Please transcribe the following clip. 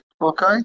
okay